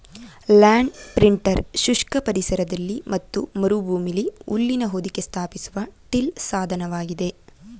land printer ಶುಷ್ಕ ಪರಿಸರದಲ್ಲಿ ಮತ್ತು ಮರುಭೂಮಿಲಿ ಹುಲ್ಲಿನ ಹೊದಿಕೆ ಸ್ಥಾಪಿಸುವ ಟಿಲ್ ಸಾಧನವಾಗಿದೆ